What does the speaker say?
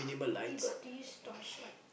you got to use torchlight